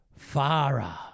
Farah